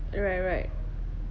right right